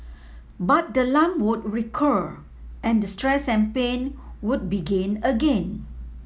but the lump would recur and the stress and pain would begin again